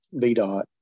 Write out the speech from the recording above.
VDOT